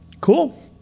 Cool